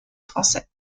français